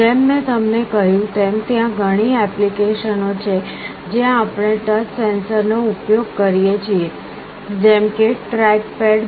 જેમ મેં તમને કહ્યું તેમ ત્યાં ઘણી એપ્લિકેશનો છે જ્યાં આપણે ટચ સેન્સર નો ઉપયોગ કરીએ છીએ જેમ કે ટ્રેક પેડ